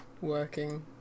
working